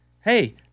hey